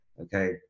Okay